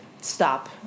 stop